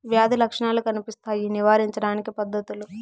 వ్యాధి లక్షణాలు కనిపిస్తాయి నివారించడానికి పద్ధతులు?